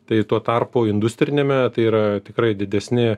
tai tuo tarpu industriniame tai yra tikrai didesni